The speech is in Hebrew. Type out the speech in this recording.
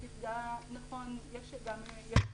נכון, יש חלשים,